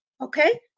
okay